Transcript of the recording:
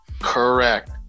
correct